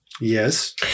Yes